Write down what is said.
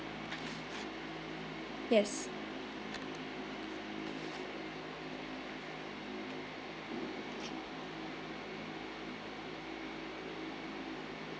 yes